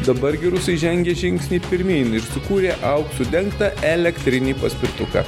dabar gi rusai žengia žingsnį pirmyn ir sukūrė auksu dengtą elektrinį paspirtuką